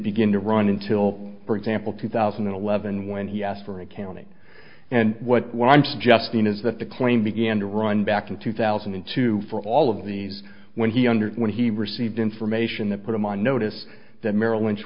begin to run until for example two thousand and eleven when he asked for an accounting and what i'm suggesting is that the claim began to run back to two thousand and two for all of these when he under when he received information that put him on notice that merrill lynch